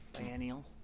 Biennial